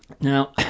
Now